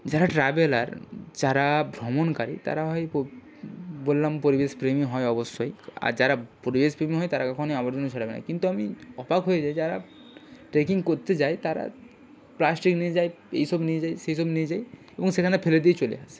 যারা ট্রাভেলার যারা ভ্রমণকারী তারা হয় বললাম পরিবেশপ্রেমী হয় অবশ্যই আর যারা পরিবেশপ্রেমী হয় তারা কখনোই আবর্জনা ছড়াবে না কিন্তু আমি অবাক হয়ে যাই যারা ট্রেকিং করতে যায় তারা প্লাস্টিক নিয়ে যায় এই সব নিয়ে যায় সেই সব নিয়ে যায় এবং সেখানে ফেলে দিয়ে চলে আসে